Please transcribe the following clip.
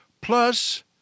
plus